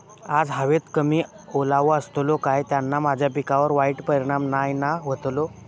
आज हवेत कमी ओलावो असतलो काय त्याना माझ्या पिकावर वाईट परिणाम नाय ना व्हतलो?